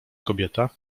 kobieta